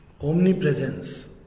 Omnipresence